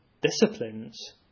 disciplines